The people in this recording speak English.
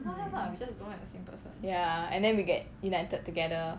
mm ya and then we get united together